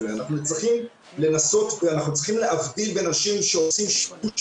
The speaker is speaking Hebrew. אנחנו צריכים לנסות ואנחנו צריכים להבדיל בין אנשים שעושים שימוש